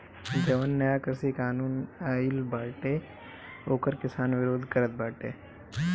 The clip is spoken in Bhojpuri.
जवन नया कृषि कानून आइल बाटे ओकर किसान विरोध करत बाटे